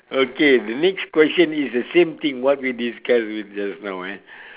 okay the next question is the same thing what we discuss just now eh